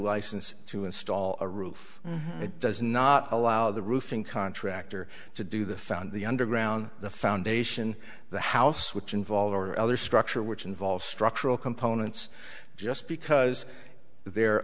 license to install a roof it does not allow the roofing contractor to do the found the underground the foundation the house which involved or other structure which involves structural components just because the